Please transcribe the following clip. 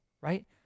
right